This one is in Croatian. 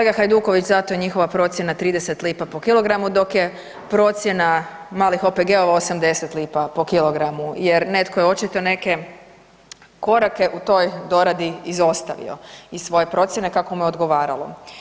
Kolega Hajduković, zato je njihova procjena 30 lipa po kilogramu, dok je procjena malih OPG-ova 80 lipa po kilogramu jer netko je očito neke korake u toj doradi izostavio iz svoje procjene kako mu je odgovaralo.